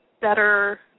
better